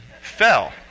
fell